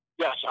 Yes